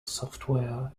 software